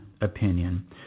opinion